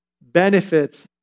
benefits